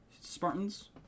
Spartans